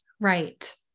Right